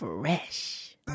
Fresh